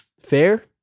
Fair